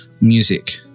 music